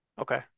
okay